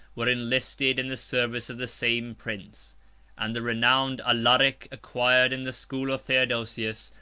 were enlisted in the service of the same prince and the renowned alaric acquired, in the school of theodosius,